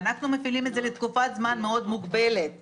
ואנחנו מפעילים את זה לתקופת זמן מוגבלת מאוד.